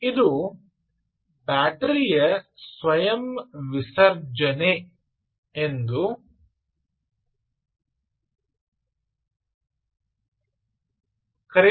ಇದು ಬ್ಯಾಟರಿಯ ಸ್ವಯಂ ವಿಸರ್ಜನೆ ಎಂದು ಕರೆಯಲ್ಪಡುವದನ್ನು ಮರೆಯಬೇಡಿ